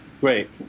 great